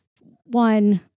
one